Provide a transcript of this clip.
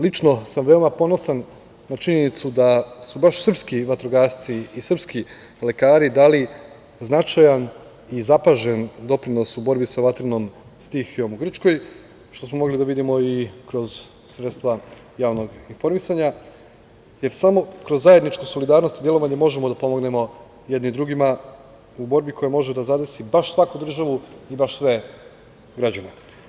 Lično sam veoma ponosan na činjenicu da su baš srpski vatrogasci i srpski lekari dali značajan i zapažen doprinos u borbi sa vatrenom stihijom u Grčkoj, što smo mogli da vidimo i kroz sredstva javnog informisanja, jer samo kroz zajedničku solidarnost i delovanje možemo da pomognemo jedni drugima u borbi koja može da zadesi baš svaku državu i baš sve građane.